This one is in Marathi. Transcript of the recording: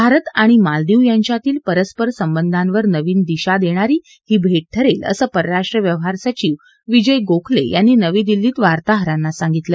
भारत आणि मालदीव यांच्यातील पस्पर संबंधांवर नवीन दिशा देणारी ही भेट ठरेल असं परराष्ट्र व्यवहार सचिव विजय गोखले यांनी नवी दिल्लीत वार्ताहरांना सांगितलं